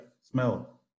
smell